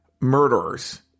murderers